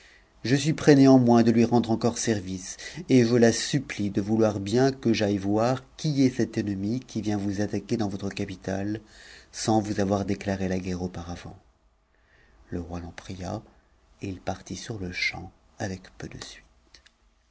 je suis prêt néanmoins de lui rendre encore service et je la supplie de vouloir bien que j'aille voir qui est cet ennemi qui vient vous attaquer dans votre capitale sans vous avoir déclaré la guerre auparavant n le roi l'en pria et il partit sur-le-champ avec peu de suite